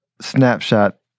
snapshot